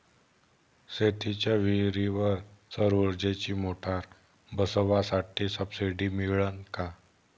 शेतीच्या विहीरीवर सौर ऊर्जेची मोटार बसवासाठी सबसीडी मिळन का?